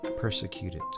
persecuted